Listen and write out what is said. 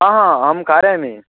आ हा अहं कारयामि